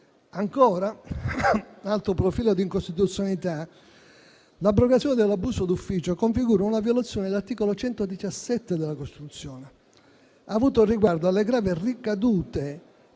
l'abrogazione dell'abuso d'ufficio configura una violazione dell'articolo 117 della Costituzione, avuto riguardo alle gravi ricadute